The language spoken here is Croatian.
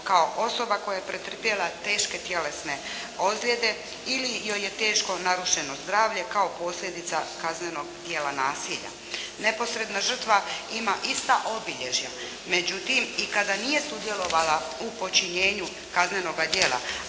kao osoba koja je pretrpjela teške tjelesne ozljede ili joj je teško narušeno zdravlje kao posljedica kaznenog djela nasilja. Neposredna žrtva ima ista obilježja, međutim i kada nije sudjelovala u počinjenju kaznenoga djela,